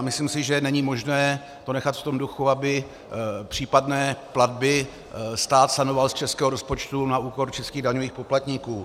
Myslím si, že není možné to nechat v tom duchu, aby případné platby stát sanoval z českého rozpočtu na úkor českých daňových poplatníků.